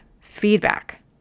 feedback